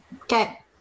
Okay